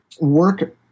work